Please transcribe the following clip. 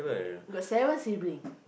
got seven sibling